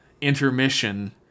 intermission